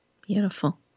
Beautiful